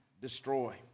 destroy